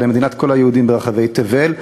אלא מדינת כל היהודים ברחבי תבל,